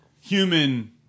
human